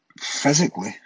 physically